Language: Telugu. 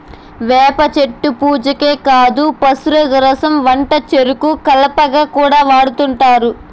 వేప చెట్టు పూజకే కాదు పశుగ్రాసం వంటచెరుకు కలపగా కూడా వాడుతుంటారు